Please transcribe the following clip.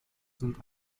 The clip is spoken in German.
sind